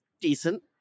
decent